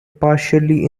partially